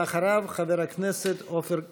אחריו, חבר הכנסת עופר כסיף.